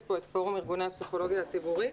כאן את פורום ארגוני הפסיכולוגיה הציבורית.